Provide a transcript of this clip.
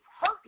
hurt